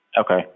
Okay